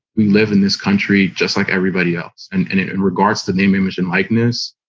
we live in this country just like everybody else. and in ah in regards to name, image and likeness,